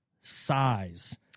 size